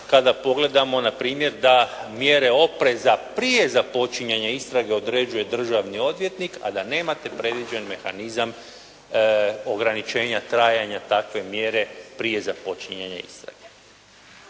kada pogledamo na primjer da mjere opreza prije započinjanja istrage određuje državni odvjetnik, a da nemate predviđen mehanizam ograničenja trajanja takve mjere prije započinjanja istrage.